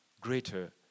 greater